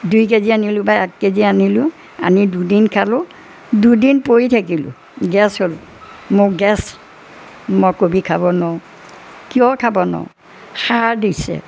দুই K G আনিলোঁ বা এক কে জি আনিলোঁ আনি দুদিন খালোঁ দুদিন পৰি থাকিলোঁ গেছ হ'লোঁ মোক গেছ মই কবি খাব নোৱাৰোঁ কিয় খাব নোৱাৰোঁ সাৰ দিছে